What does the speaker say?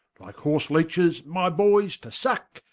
like horseleeches my boyes, to sucke,